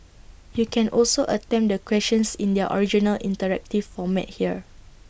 you can also attempt the questions in their original interactive format here